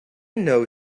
know